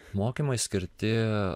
mokymai skirti